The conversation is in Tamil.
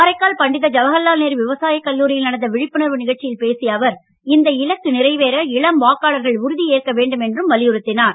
காரைக்கால் பண்டித ஜவஹர்லால் நேரு விவசாயக் கல்லூரியில் நடந்த விழிப்புணர்வு நிகழ்ச்சியில் பேசிய அவர் இந்த இலக்கு நிறைவேற இளம் வாக்காளர்கள் உறுதி ஏற்க வேண்டும் என்றும் அவர் வலியுறுத்தினார்